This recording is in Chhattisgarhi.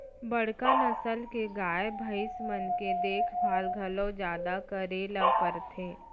बड़का नसल के गाय, भईंस मन के देखभाल घलौ जादा करे ल परथे